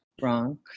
wrong